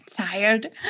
tired